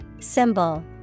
Symbol